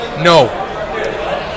No